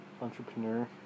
Entrepreneur